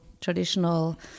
traditional